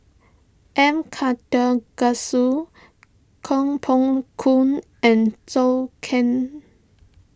M Karthigesu Koh Poh Koon and Zhou Can